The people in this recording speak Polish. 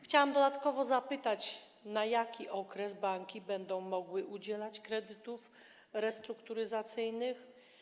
Chciałam dodatkowo zapytać: Na jaki okres banki będą mogły udzielać kredytów restrukturyzacyjnych?